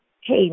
hey